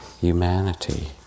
humanity